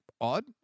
odd